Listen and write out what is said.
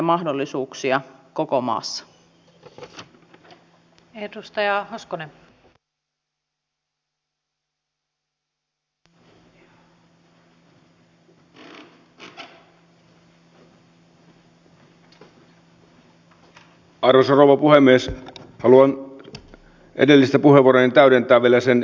tämän väitteen olen kuullut nimenomaan kansalaisilta jotka ovat antaneet minulle palautetta eduskunnan toiminnasta